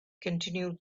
continue